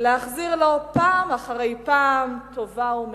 להחזיר לו פעם אחרי פעם טובה ומחווה?